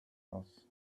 aus